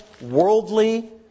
worldly